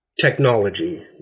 technology